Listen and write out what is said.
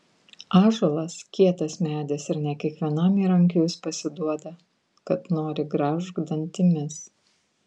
ąžuolas kietas medis ir ne kiekvienam įrankiui jis pasiduoda kad nori graužk dantimis